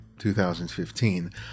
2015